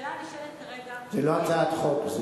השאלה הנשאלת כרגע, זה לא הצעת חוק.